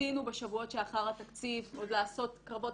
ניסינו בשבועות לאחר התקציב עוד לעשות קרבות